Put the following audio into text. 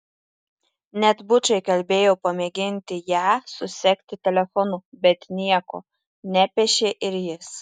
net bučą įkalbėjau pamėginti ją susekti telefonu bet nieko nepešė ir jis